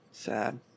Sad